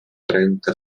trenta